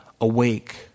awake